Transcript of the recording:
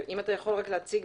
אם אתה יכול רק להציג,